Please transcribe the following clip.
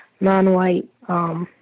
non-white